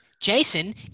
Jason